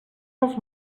els